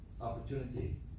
opportunity